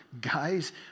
guys